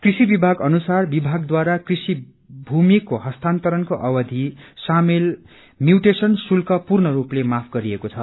कृषि विभाग अनुसार विभागद्वारा कृषि भूमिको हस्तांतरणको अवधि शामेल म्यूटेशन शुल्क पूर्ण रूपले माफ गरिएको छ